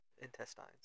intestines